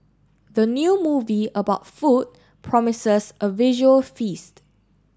the new movie about food promises a visual feast